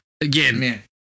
Again